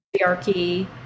patriarchy